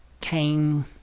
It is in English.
came